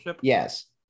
Yes